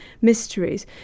mysteries